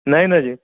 नाही ना जे